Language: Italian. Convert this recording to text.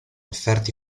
offerti